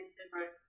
different